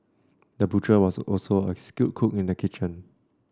the butcher was also a skilled cook in the kitchen